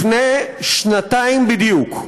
לפני שנתיים בדיוק,